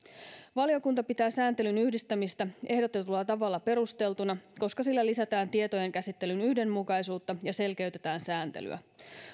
valiokunta pitää sääntelyn yhdistämistä ehdotetulla tavalla perusteltuna koska sillä lisätään tietojenkäsittelyn yhdenmukaisuutta ja selkeytetään sääntelyä